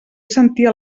sentir